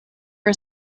are